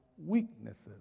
Weaknesses